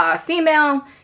female